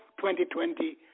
2020